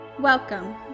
Welcome